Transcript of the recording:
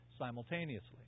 simultaneously